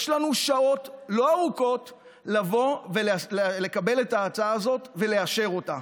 יש לנו שעות לא ארוכות לבוא ולקבל את ההצעה הזאת ולאשר אותה.